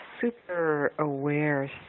super-aware